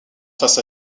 face